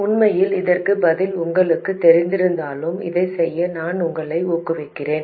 உண்மையில் இதற்குப் பதில் உங்களுக்குத் தெரிந்திருந்தாலும் இதைச் செய்ய நான் உங்களை ஊக்குவிக்கிறேன்